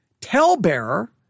tell-bearer